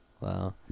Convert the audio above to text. Wow